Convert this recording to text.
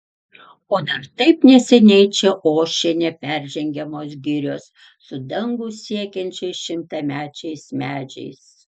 o dar taip neseniai čia ošė neperžengiamos girios su dangų siekiančiais šimtamečiais medžiais